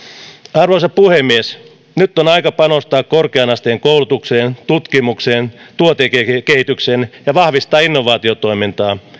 arvoisa puhemies nyt on aika panostaa korkean asteen koulutukseen tutkimukseen tuotekehitykseen ja vahvistaa innovaatiotoimintaa